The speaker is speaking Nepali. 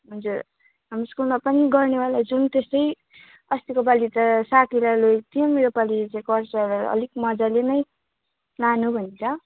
हजुर हाम्रो स्कुलमा पनि गर्नेवाला छौँ त्यस्तै अस्तिकोपालि त साकेला लगेको थियौँ योपालि चाहिँ कल्चरल अलिक मज्जाले नै लानु भनेर